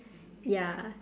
ya